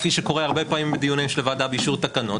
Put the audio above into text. כפי שקורה הרבה פעמים בדיונים של הוועדה באישור תקנות,